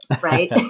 right